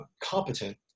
competent